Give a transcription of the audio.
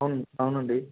అవును అవునండీ